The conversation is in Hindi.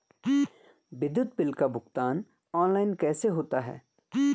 विद्युत बिल का भुगतान ऑनलाइन कैसे होता है?